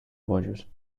bojos